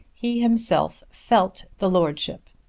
he himself felt the lordship.